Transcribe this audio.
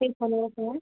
ঠিক হ'লে হ'ল